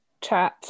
chat